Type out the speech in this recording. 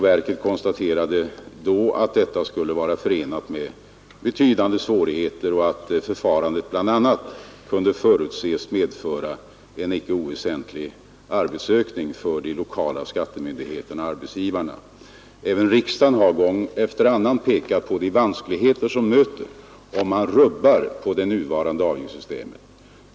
Verket konstaterade då att detta skulle vara förenat med betydande svårigheter och att förfarandet bl.a. kunde förutses medföra en icke oväsentlig arbetsökning för de lokala skattemyndigheterna och arbetsgivarna. Även riksdagen har gång efter annan pekat på de vanskligheter som möter om man rubbar det nuvarande avgiftssystemet.